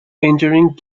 entering